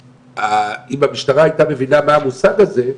ואם המשטרה הייתה מבינה מה המושג הזה,